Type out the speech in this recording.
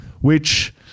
Which-